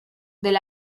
del